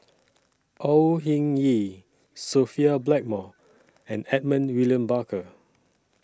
Au Hing Yee Sophia Blackmore and Edmund William Barker